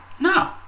No